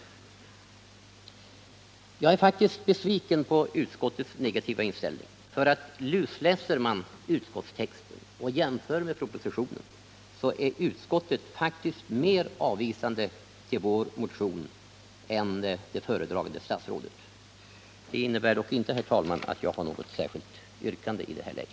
Jag är faktiskt besviken på utskottets negativa inställning. Om man lusläser utskottsbetänkandet och jämför det med propositionen, finner man att utskottet är mer avvisande till tankarna i vår motion än vad det föredragande statsrådet är. Jag har dock inte, herr talman, i det här läget något särskilt yrkande.